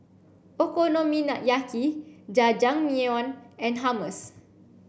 Okonomiyaki Jajangmyeon and Hummus